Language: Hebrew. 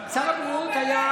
אוי,